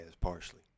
partially